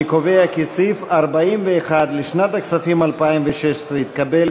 אני קובע כי סעיף 41 לשנת הכספים 2016 התקבל,